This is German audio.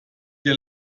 dir